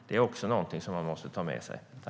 Det är också något som man måste ta med sig.